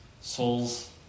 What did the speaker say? souls